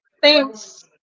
Thanks